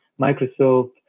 Microsoft